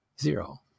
zero